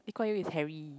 Lee Kuan Yew is Harry